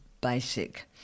Basic